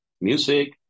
music